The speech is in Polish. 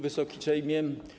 Wysoki Sejmie!